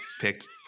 picked –